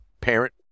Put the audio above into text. parent